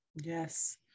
Yes